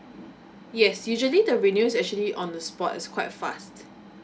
yes usually the renew is actually on the spot is quite fast